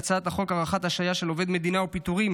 את הצעת חוק הארכת השעיה של עובד המדינה ופיטורים